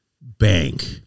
bank